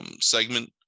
segment